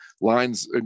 lines